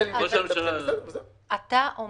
אני מבין שזה --- אתה אומר